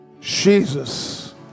Jesus